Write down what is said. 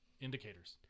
indicators